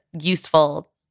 useful